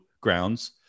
grounds